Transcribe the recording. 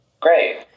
Great